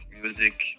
music